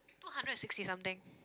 two hundred and sixty something